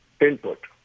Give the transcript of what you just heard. Input